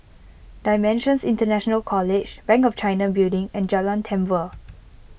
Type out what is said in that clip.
Dimensions International College Bank of China Building and Jalan Tambur